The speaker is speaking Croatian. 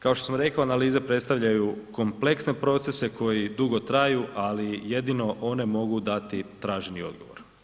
Kao što sam rekao, analize predstavljaju kompleksne procese koje dugo traju, ali jedino one mogu dati traženi odgovor.